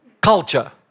culture